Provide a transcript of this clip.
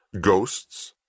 Ghosts